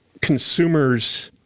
consumers